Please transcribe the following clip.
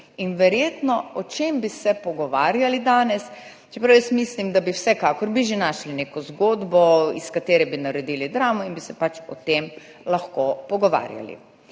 In o čem bi se pogovarjali danes? Čeprav mislim, da bi vsekakor našli neko zgodbo, iz katere bi naredili dramo in bi se o tem lahko pogovarjali.